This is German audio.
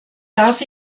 darf